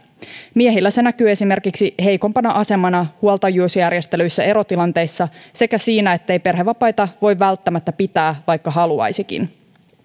miehillä se näkyy esimerkiksi heikompana asemana huoltajuusjärjestelyissä erotilanteissa sekä siinä ettei perhevapaita voi välttämättä pitää vaikka haluaisikin